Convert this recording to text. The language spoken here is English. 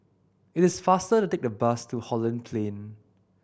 it is faster to take the bus to Holland Plain